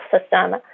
system